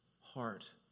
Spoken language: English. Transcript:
heart